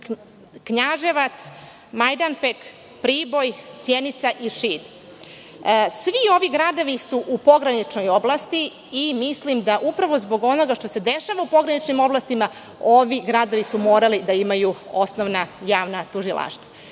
Knjaževac, Majdanpek, Priboj, Sjenica i Šid. Svi ovi gradovi su u pograničnim oblastima i mislim da upravo zbog onoga što se dešava u pograničnim oblastima, ovi gradovi su morali da imaju osnovna javna tužilaštva. Na